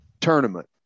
tournament